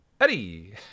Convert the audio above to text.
Eddie